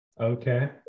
Okay